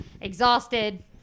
exhausted